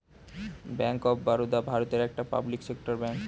bank of Baroda ভারতের একটা public sector bank